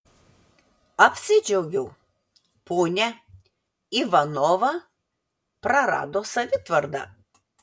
apsidžiaugiau ponia ivanova prarado savitvardą